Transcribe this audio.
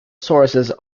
sources